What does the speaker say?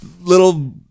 little